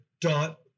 dot